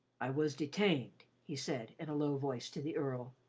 i was detained, he said, in a low voice to the earl,